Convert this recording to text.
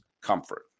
comfort